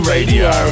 Radio